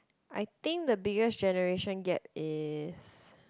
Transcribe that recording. I think the biggest generation gap is